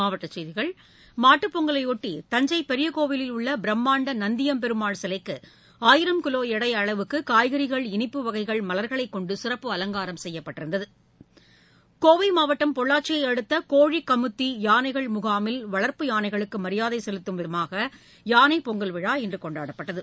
மாவட்டச் செய்கிகள் பொங்கலையாட்டி மாட்டுப் தஞ்சைபெரியகோவிலில் உள்ளபிரமாண்டமானநந்தியம்பெருமாள் சிலைக்குஆயிரம் கிலோஎடைஅளவுக்குகாய்கறிகள் இனிப்பு வகைகள் மலர்களைகொண்டுசிறப்பு அலங்காரம் செய்யப்பட்டிருந்தது கோவைமாவட்டம் பொள்ளாச்சியைஅடுத்தகோழிகமுத்தியானைகள் முகாமில் வளர்ப்பு யானைகளுக்குமரியாதைசெலுத்தும் விதமாகயானைபொங்கல் விழா இன்றுனொண்டாடப்பட்டது